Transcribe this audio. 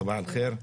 סבאח אל חיר.